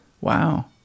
Wow